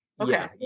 Okay